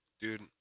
Dude